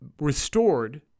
restored